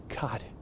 God